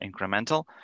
incremental